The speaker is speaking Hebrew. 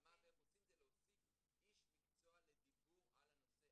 ומה ואיך עושים זה להוסיף איש מקצוע לדיבור על הנושא,